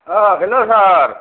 औ हेल्ल' सार